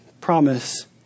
promise